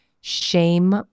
shame